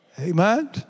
Amen